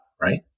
Right